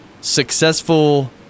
successful